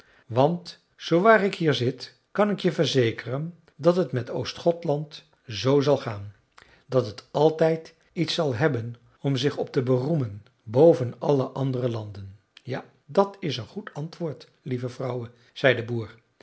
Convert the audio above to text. want zoowaar ik hier zit kan ik je verzekeren dat het met oostgothland zoo zal gaan dat het altijd iets zal hebben om zich op te beroemen boven alle andere landen ja dat is een goed antwoord lieve vrouwe zei de boer